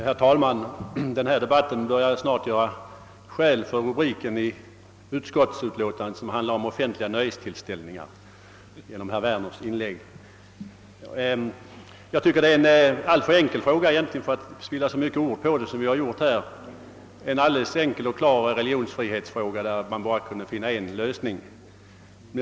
Herr talman! Den här debatten börjar genom herr Werners inlägg göra skäl för utskottsutlåtandets rubrik som handlar om offentliga nöjestillställningar. Jag tycker att detta är en alltför enkel fråga för att spilla så mycket ord på som vi har gjort här. Det är en mycket enkel och klar religionsfrihetsfråga som man bara kan finna en lösning på.